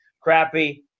crappy